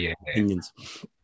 opinions